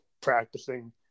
practicing